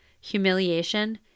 Humiliation